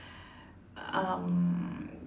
um